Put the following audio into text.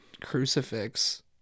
crucifix